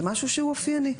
זה משהו שהוא אופייני.